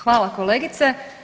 Hvala kolegice.